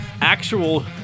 actual